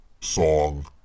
song